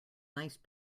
nice